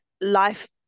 Life